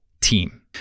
team